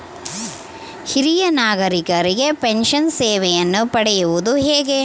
ಹಿರಿಯ ನಾಗರಿಕರಿಗೆ ಪೆನ್ಷನ್ ಸೇವೆಯನ್ನು ಪಡೆಯುವುದು ಹೇಗೆ?